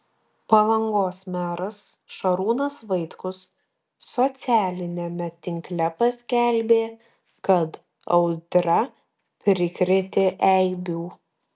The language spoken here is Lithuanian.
palangos meras šarūnas vaitkus socialiniame tinkle paskelbė kad audra prikrėtė eibių